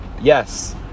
Yes